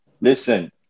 listen